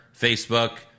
Facebook